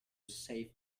save